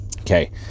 Okay